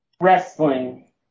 wrestling